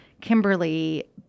Kimberly